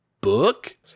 book